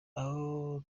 aho